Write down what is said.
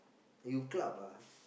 you club ah